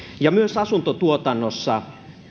myös asuntotuotannossa